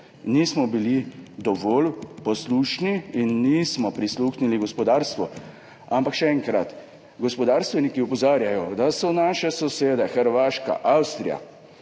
Nismo bili dovolj poslušni in nismo prisluhnili gospodarstvu. Ampak še enkrat, gospodarstveniki opozarjajo, da so naše sosede, Hrvaška, Avstrija,